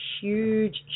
huge